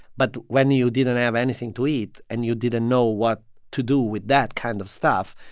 but when you didn't have anything to eat and you didn't know what to do with that kind of stuff,